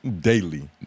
daily